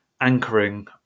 anchoring